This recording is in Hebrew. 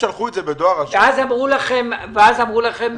שלחתם את זה